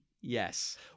Yes